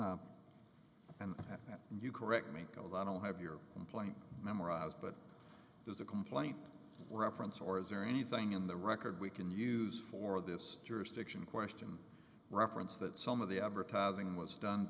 that you correct me if i don't have your complaint memorized but there's a complaint reference or is there anything in the record we can use for this jurisdiction question reference that some of the advertising was done